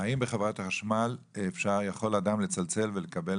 האם בחברת החשמל יכול אדם לצלצל ולקבל